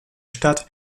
stadt